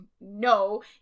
no